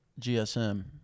GSM